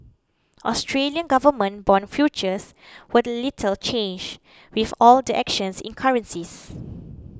Australian government bond futures were little changed with all the actions in currencies